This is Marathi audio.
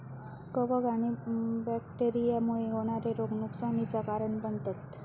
कवक आणि बैक्टेरिया मुळे होणारे रोग नुकसानीचा कारण बनतत